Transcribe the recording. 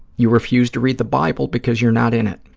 you refuse to read the bible because you're not in it.